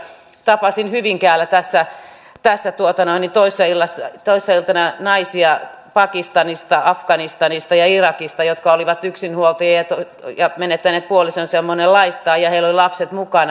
tapasin hyvinkäällä tässä toissailtana pakistanista afganistanista ja irakista naisia jotka olivat yksinhuoltajia ja menettäneet puolisonsa ja monenlaista ja heillä oli lapset mukana